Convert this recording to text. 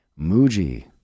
Muji